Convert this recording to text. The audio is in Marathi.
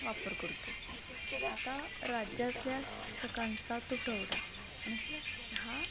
वापर करतो आता राज्यातल्या शिक्षकांचा तुटवडा आणि हा